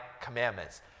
commandments